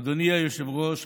אדוני היושב-ראש,